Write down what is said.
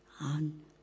on